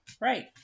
Right